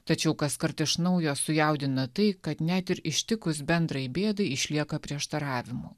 tačiau kaskart iš naujo sujaudina tai kad net ir ištikus bendrai bėdai išlieka prieštaravimų